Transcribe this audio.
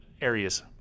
areas